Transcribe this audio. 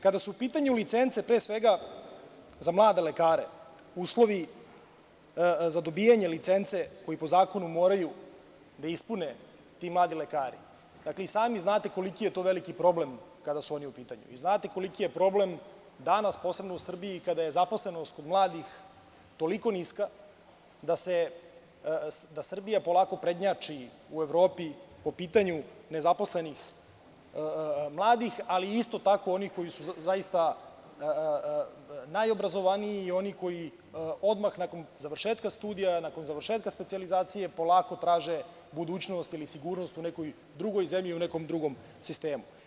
Kada su u pitanju licence, pre svega, za mlade lekare, uslovi za dobijanje licence koji po zakonu moraju da ispune ti mladi lekari i sami znate koliki je to veliki problem kada su oni u pitanju i znate koliki je problem danas, posebno u Srbiji, kada je zaposlenost kod mladih toliko niska daSrbija polako prednjači u Evropi po pitanju nezaposlenih mladih, ali i isto tako onih koji su zaista najobrazovaniji i oni koji odmah nakon završetka studija, nakon završetka specijalizacije polako traže budućnost ili sigurnost u nekoj drugoj zemlji, u nekom drugom sistemu.